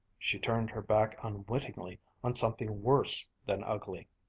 she turned her back unwittingly on something worse than ugly.